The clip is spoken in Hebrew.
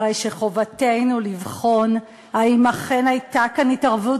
הרי שחובתנו לבחון האם אכן הייתה כאן התערבות